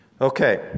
Okay